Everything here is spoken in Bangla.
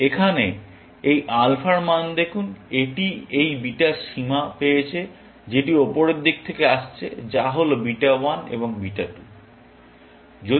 এখানে এই আলফার মান দেখুন এটি এই বিটার সীমা পেয়েছে যেটা উপরের দিক থেকে আসছে যা হল বিটা 1 এবং বিটা 2